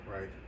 right